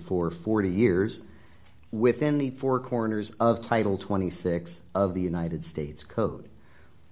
for forty years within the four corners of title twenty six dollars of the united states code